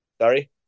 Sorry